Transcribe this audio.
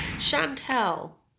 Chantelle